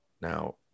Now